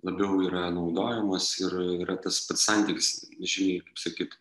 labiau yra naudojamos ir yra tas pats santykis žymiai kaip sakyt